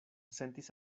sentis